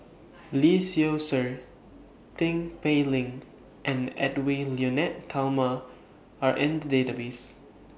Lee Seow Ser Tin Pei Ling and Edwy Lyonet Talma Are in The Database